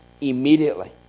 Immediately